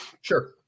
Sure